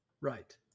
Right